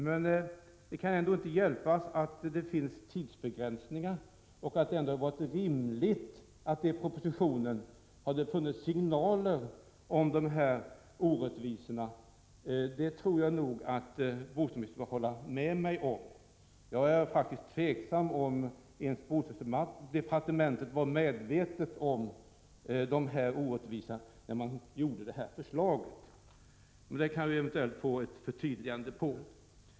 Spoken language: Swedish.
Men det kan inte hjälpas att det finns tidsbegränsningar och att det ändå hade varit rimligt att det i propositionen hade funnits signaler om de orättvisor som jag här har påpekat. Det tror jag att bostadsministern kan hålla med mig om. Jag tvivlar faktiskt på att ens bostadsdepartementet var medvetet om orättvisorna när det lade fram förslaget. På den punkten kanske vi kan få ett förtydligande.